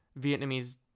Vietnamese